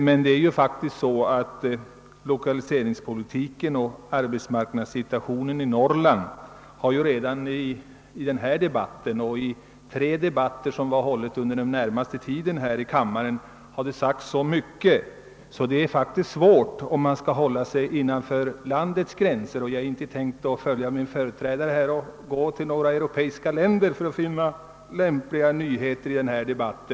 Men det är ju faktiskt så, att det beträffande lokaliseringspolitiken och arbetsmarknadssituationen i Norrland redan i denna debatt och i de tre debatter som vi har hållit under tiden närmast före denna dag har sagts så mycket att det faktiskt är svårt att säga något nytt, om man skall hålla sig inom landets gränser. Jag har inte tänkt att följa den föregående talarens exempel och tala om några andra europeiska länder för att kunna komma med några nyheter i denna debatt.